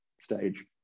stage